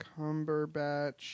Cumberbatch